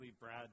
Brad